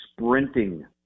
sprinting